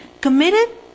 committed